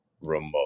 remote